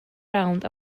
round